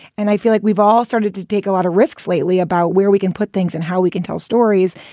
and i feel like we've all started to take a lot of risks lately about where we can put things and how we can tell stories.